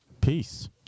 peace